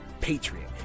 patriot